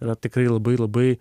yra tikrai labai labai